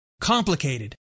complicated